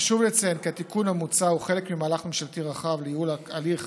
חשוב לציין כי התיקון המוצע הוא חלק ממהלך ממשלתי רחב לייעול הליך